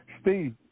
Steve